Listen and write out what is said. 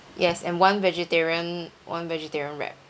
yes and one vegetarian one vegetarian wrap